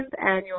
Annual